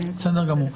בסדר גמור.